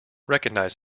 recognise